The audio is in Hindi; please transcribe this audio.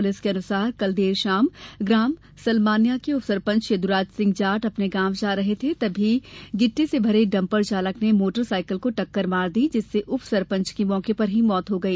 पुलिस के अनुसार कल देर शाम ग्राम सलमान्या के उप सरपंच यद्राज सिंह जाट अपने गांव जा रहे थे तमी गिटर्ट से भरे डंपर चालक ने मोटर साइकल को टक्कर मार दी जिससे उप सरपंच की मौके पर ही मौत हो गई